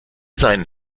seinen